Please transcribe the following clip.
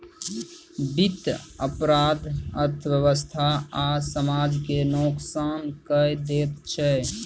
बित्तीय अपराध अर्थव्यवस्था आ समाज केँ नोकसान कए दैत छै